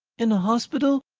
in a hospital?